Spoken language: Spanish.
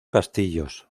castillos